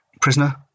prisoner